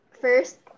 first